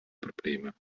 probleme